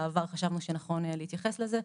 בעבר חשבנו שנכון להתייחס לזה,